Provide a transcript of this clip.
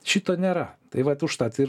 šito nėra tai vat užtat ir